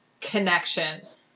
connections